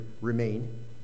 remain